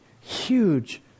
huge